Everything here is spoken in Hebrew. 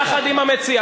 יחד עם המציע,